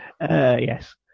Yes